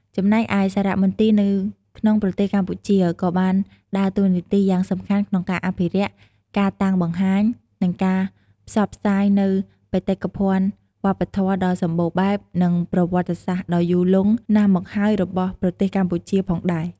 ចំណែកឯសារមន្ទីរនៅក្នុងប្រទេសកម្ពុជា ក៏បានដើរតួនាទីយ៉ាងសំខាន់ក្នុងការអភិរក្ស កាតាំងបង្ហាញ និងការផ្សព្វផ្សាយនូវបេតិកភណ្ឌវប្បធម៌ដ៏សម្បូរបែប និងប្រវត្តិសាស្ត្រដ៏យូរលង់ណាស់មកហើយរបស់ប្រទេសកម្ពុជាផងដែរ។